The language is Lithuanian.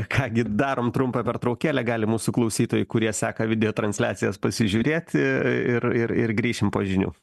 ką gi darom trumpą pertraukėlę gali mūsų klausytojai kurie seka video transliacijas pasižiūrėti ir ir ir grįšim po žinių